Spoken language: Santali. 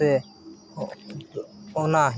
ᱥᱮ ᱚᱱᱟ